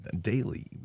daily